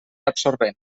absorbent